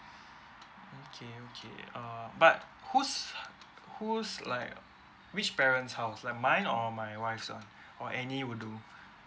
okay okay err but whose whose like which parent's house like mine or my wife [one] or any will do